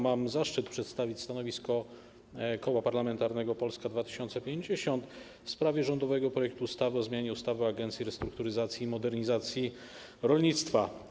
Mam zaszczyt przedstawić stanowisko Koła Parlamentarnego Polska 2050 w sprawie rządowego projektu ustawy o zmianie ustawy o Agencji Restrukturyzacji i Modernizacji Rolnictwa.